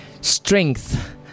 strength